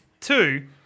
Two